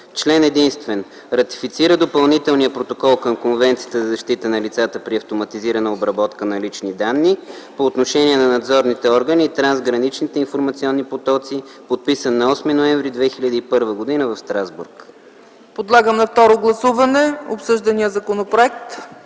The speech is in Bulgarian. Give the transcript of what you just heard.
Член единствен. Ратифицира Допълнителния протокол към Конвенцията за защита на лицата при автоматизирана обработка на лични данни, по отношение на надзорните органи и трансграничните информационни потоци, подписан на 8 ноември 2001 г. в Страсбург.” ПРЕДСЕДАТЕЛ ЦЕЦКА ЦАЧЕВА: Подлагам на второ гласуване обсъждания законопроект.